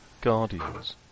guardians